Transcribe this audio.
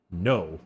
No